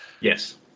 Yes